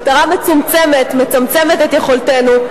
מטרה מצומצמת מצמצמת את יכולתנו,